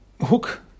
hook